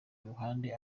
iruhande